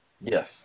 Yes